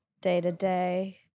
day-to-day